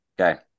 Okay